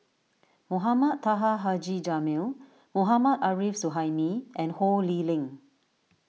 Mohamed Taha Haji Jamil Mohammad Arif Suhaimi and Ho Lee Ling